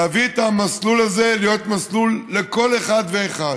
להביא את המסלול הזה להיות מסלול לכל אחד ואחד.